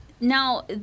now